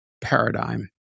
paradigm